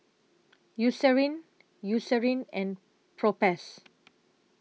Eucerin Eucerin and Propass